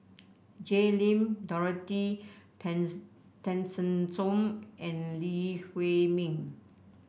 Jay Lim Dorothy Tessensohn and Lee Huei Min